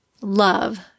love